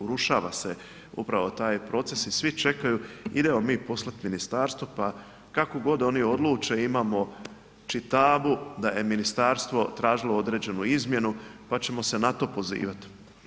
Urušava se upravo taj proces i svi čekaju, idemo mi poslati ministarstvu pa kako god oni odluče imamo ćitabu da je ministarstvo tražilo određenu izmjenu pa ćemo se na to pozivati.